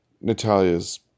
Natalia's